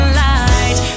light